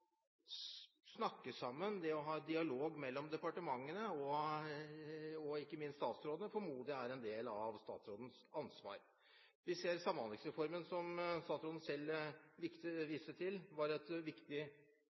ikke minst – statsrådene imellom, formoder jeg er en del av statsrådens ansvar. Vi ser at Samhandlingsreformen – som statsråden selv viste til – var et viktig